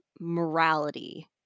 morality